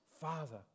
Father